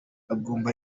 agomba